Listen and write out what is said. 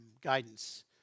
guidance